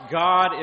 God